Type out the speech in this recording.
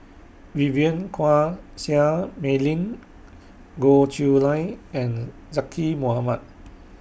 Vivien Quahe Seah Mei Lin Goh Chiew Lye and Zaqy Mohamad